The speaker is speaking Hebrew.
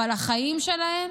אבל החיים שלהם